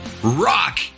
Rock